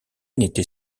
n’était